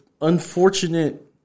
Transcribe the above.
unfortunate